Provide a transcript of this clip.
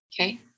Okay